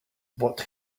what